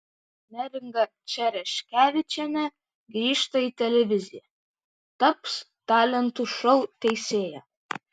neringa čereškevičienė grįžta į televiziją taps talentų šou teisėja